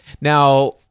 Now